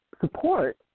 support